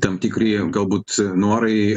tam tikri galbūt norai